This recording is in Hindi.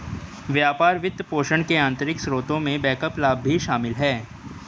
व्यापार वित्तपोषण के आंतरिक स्रोतों में बैकअप लाभ भी शामिल हैं